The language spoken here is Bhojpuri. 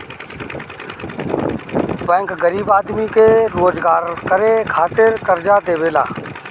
बैंक गरीब आदमी के रोजगार करे खातिर कर्जा देवेला